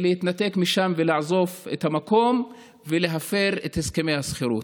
להתנתק משם ולעזוב את המקום ולהפר את הסכמי השכירות.